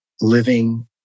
living